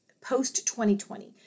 post-2020